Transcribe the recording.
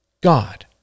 God